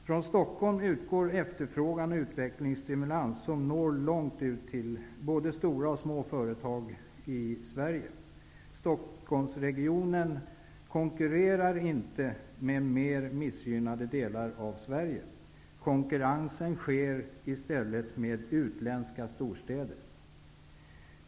Från Stockholm utgår efterfrågan och utvecklingsstimulans som når långt ut till både stora och små företag i Sverige. Stockholmsregionen konkurrerar inte med mer missgynnade delar av Sverige; konkurrensen sker i stället med utländska storstäder.